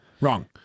Wrong